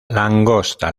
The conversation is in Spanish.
langosta